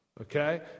okay